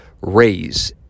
Raise